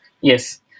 Yes